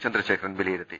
ചന്ദ്രശേഖരൻ വില യിരുത്തി